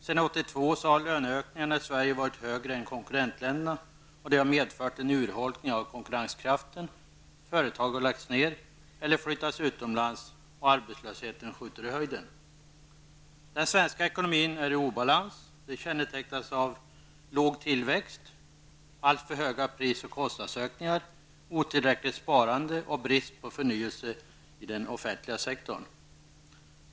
Sedan 1982 har löneökningarna i Sverige varit högre än i konkurrentländerna. Detta har medfört en urholkning av konkurrenskraften, företag har lagts ned eller flyttat utomlands, och arbetslösheten skjuter i höjden. Den svenska ekonomin är i obalans. Den kännetecknas av låg tillväxt, alltför höga pris och kostnadsökningar, otillräckligt sparande och brist på förnyelse inom den offentliga sektorn.